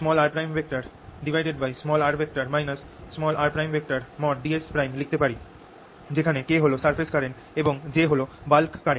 ds লিখতে পারি যেখানে K হল সারফেস কারেন্ট এবং J হল বাল্ক কারেন্ট